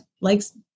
likes